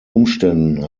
umständen